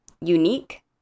unique